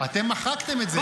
אתם מחקתם את זה.